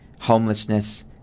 homelessness